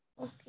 okay